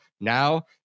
Now